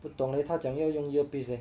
不懂嘞他讲要用 earpiece leh